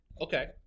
Okay